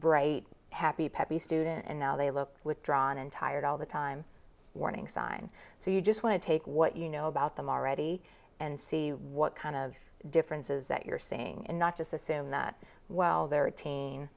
bright happy peppy student and now they look withdrawn and tired all the time time warning sign so you just want to take what you know about them already and see what kind of differences that you're seeing and not just assume that while they're